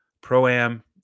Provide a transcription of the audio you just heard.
Pro-Am